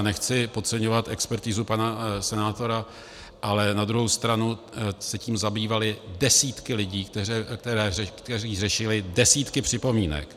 Nechci podceňovat expertizu pana senátora, ale na druhou stranu se tím zabývaly desítky lidí, kteří řešili desítky připomínek.